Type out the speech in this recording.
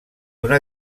una